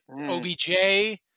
OBJ